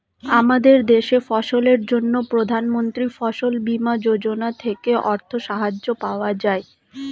আমাদের দেশে ফসলের জন্য প্রধানমন্ত্রী ফসল বীমা যোজনা থেকে অর্থ সাহায্য পাওয়া যায়